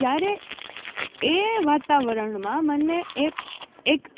ત્યારે એ વાતાવરણમાં મને એ એક